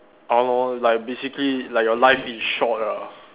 or like basically like your life in short ah